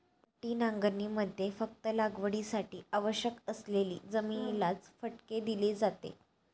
पट्टी नांगरणीमध्ये फक्त लागवडीसाठी आवश्यक असलेली जमिनीलाच फटके दिले जाते